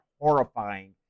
horrifying